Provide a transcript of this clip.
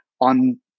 on